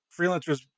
freelancers